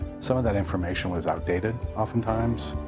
some of that information was outdated, oftentimes.